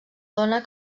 dona